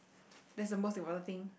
that's the most important thing